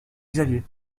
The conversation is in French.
xavier